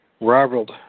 Robert